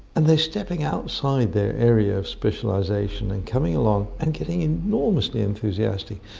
and they're stepping outside their area of specialisation and coming along and getting enormously enthusiastic.